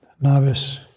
novice